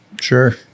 Sure